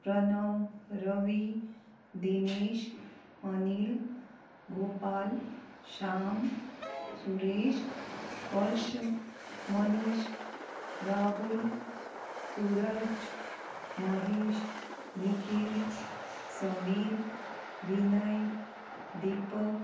Pranav Ravi Dinesh Anil Gopal Shyam Suresh Harsh Manish Rahul Suraj Mahesh Nikhil Sameer Vinay Deepak